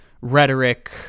rhetoric